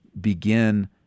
begin